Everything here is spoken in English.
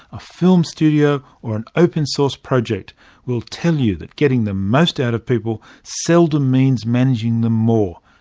a film studio or an open source project will tell you that getting the most out of people seldom means managing them more,